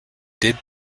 did